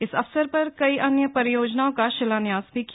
इस अवसर पर कई अन्य परियोजनाओ का शिलान्यास भी किया